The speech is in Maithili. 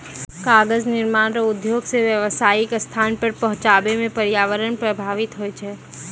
कागज निर्माण रो उद्योग से व्यावसायीक स्थान तक पहुचाबै मे प्रर्यावरण प्रभाबित होय छै